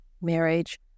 marriage